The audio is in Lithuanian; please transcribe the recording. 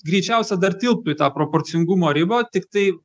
greičiausia dar tilptų į tą proporcingumo ribą tiktai